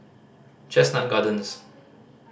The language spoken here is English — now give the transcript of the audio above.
Chestnut Gardens